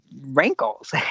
rankles